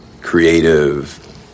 Creative